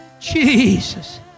Jesus